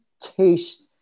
taste